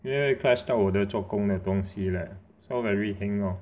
因为 clash 到我的做工的东西 leh so very heng lor